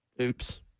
Oops